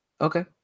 okay